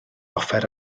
offer